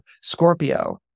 Scorpio